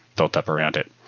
built up around it.